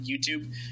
youtube